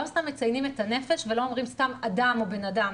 לא סתם מציינים את הנפש ולא אומרים סתם אדם או בן-אדם,